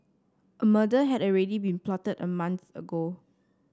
a murder had already been plotted a month ago